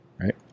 right